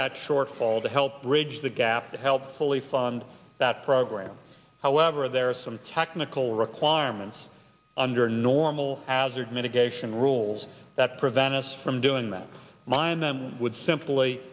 that shortfall to help bridge the gap to help fully fund that program however there are some technical requirements under normal as are mitigation rules that prevent us from doing that mind them would simply